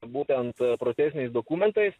būtent procesiniais dokumentais